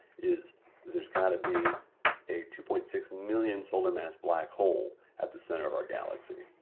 is there's got to be a two point six million solar mass black hole at the center of our galaxy.